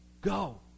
go